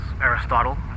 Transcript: Aristotle